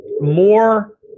more